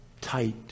tight